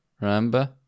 remember